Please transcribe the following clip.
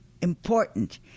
important